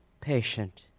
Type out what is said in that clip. patient